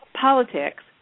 politics